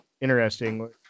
interesting